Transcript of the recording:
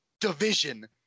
division